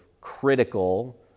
critical